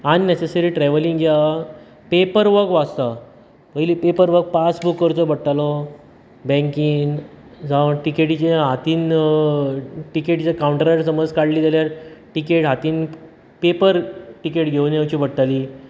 unnecessary travelling जे आहा paper work वो आसता पयलीं पेपर वर्क पास बूक करचो पडटालो बँकींग जावं तिकेटीचे हातीन अ तिकेटच्या कांवन्टरार समज काडली जाल्यार तिकेट हातीन पेपर तिकेट घेवन येवची पडटाली